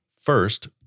First